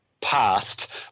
past